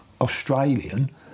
Australian